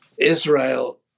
Israel